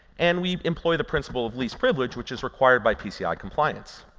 and we employ the principle of least privilege which is required by pci compliance.